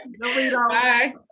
Bye